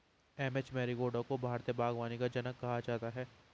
M H Marigowda को भारतीय बागवानी का जनक कहा जाता है